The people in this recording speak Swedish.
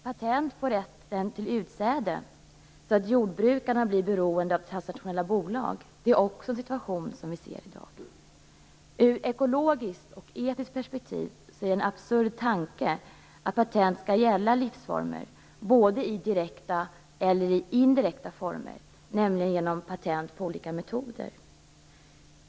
Patent på rätten till utsäde, så att jordbrukarna blir beroende av transnationella bolag, är också en situation som vi ser i dag. Ur ekologiskt och etiskt perspektiv är det en absurd tanke att patent skall gälla livsformer, både i direkta och i indirekta former, nämligen genom patent på olika metoder.